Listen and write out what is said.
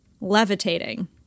levitating